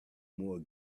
more